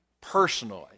personally